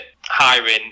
hiring